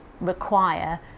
require